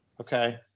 okay